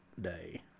Day